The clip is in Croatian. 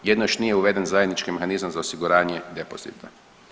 Jedino još nije uveden zajednički mehanizam za osiguranje depozita.